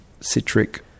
Citric